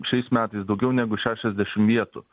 šiais metais daugiau negu šešiasdešimt vietų